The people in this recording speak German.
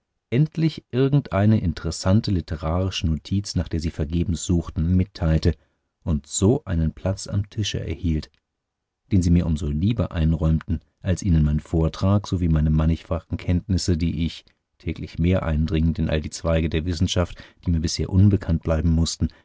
endlich irgendeine interessante literarische notiz nach der sie vergebens suchten mitteilte und so einen platz am tische erhielt den sie mir um so lieber einräumten als ihnen mein vortrag sowie meine mannigfachen kenntnisse die ich täglich mehr eindringend in all die zweige der wissenschaft die mir bisher unbekannt bleiben mußten